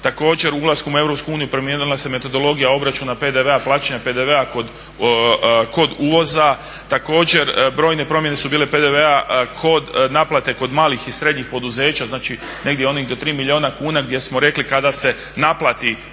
također ulaskom u EU promijenila se metodologija obračuna PDV-a plaćanja PDV-a kod uvoza, također brojne promjene PDV-a su bile kod naplate kod malih i srednjih poduzeća negdje onih do tri milijuna kuna gdje smo rekli kada se naplati PDV